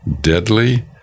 deadly